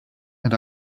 and